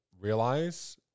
realize